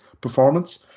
performance